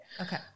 okay